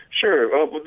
Sure